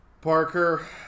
Parker